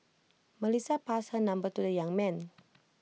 Melissa passed her number to the young man